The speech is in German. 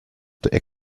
der